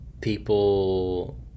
people